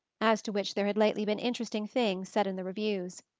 as to which there had lately been interesting things said in the reviews.